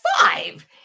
five